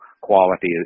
quality